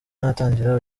natangira